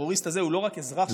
הטרוריסט הזה הוא לא רק אזרח שם.